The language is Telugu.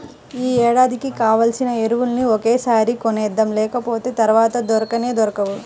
యీ ఏడాదికి కావాల్సిన ఎరువులన్నీ ఒకేసారి కొనేద్దాం, లేకపోతె తర్వాత దొరకనే దొరకవు